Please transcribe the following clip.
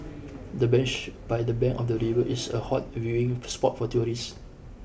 the bench by the bank of the river is a hot viewing spot for tourists